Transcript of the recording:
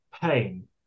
pain